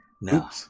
No